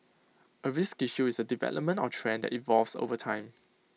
A risk issue is A development or trend that evolves over time